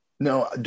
No